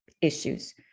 issues